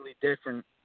different